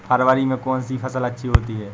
फरवरी में कौन सी फ़सल अच्छी होती है?